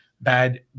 bad